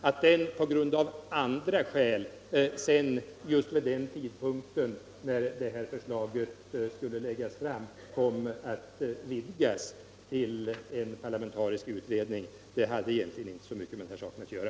Att den av andra skäl just vid den tidpunkt då förslaget skulle läggas fram kom att vidgas till en parlamentarisk utredning hade egentligen inte så mycket med den här saken att göra.